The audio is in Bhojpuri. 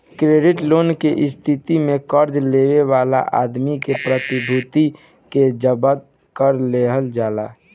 क्रेडिट लेस के स्थिति में कर्जा लेवे वाला आदमी के प्रतिभूति के जब्त कर लिहल जाला